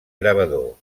gravador